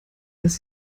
dass